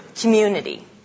community